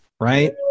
right